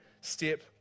step